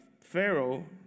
Pharaoh